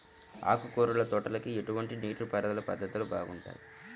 ఆకుకూరల తోటలకి ఎటువంటి నీటిపారుదల పద్ధతులు బాగుంటాయ్?